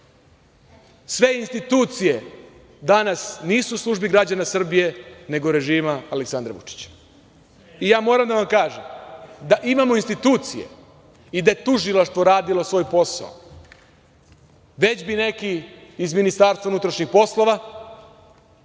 sve institucije danas nisu u službi građana Srbije, nego režima Aleksandra Vučića. Moram da vam kažem da imamo institucije i da je tužilaštvo radilo svoj posao već bi neki iz Ministarstva unutrašnjih poslova